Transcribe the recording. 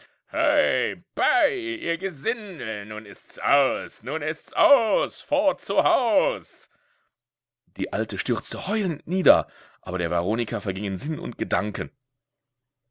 bei ihr gesindel nun ist's aus nun ist's aus fort zu haus die alte stürzte heulend nieder aber der veronika vergingen sinn und gedanken